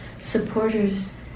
supporters